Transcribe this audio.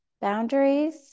boundaries